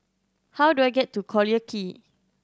how do I get to Collyer Quay